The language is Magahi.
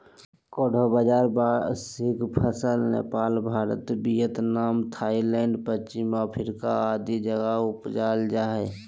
कोडो बाजरा वार्षिक फसल नेपाल, भारत, वियतनाम, थाईलैंड, पश्चिम अफ्रीका आदि जगह उपजाल जा हइ